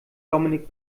dominik